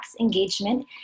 engagement